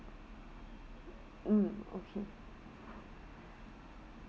mm okay